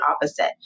opposite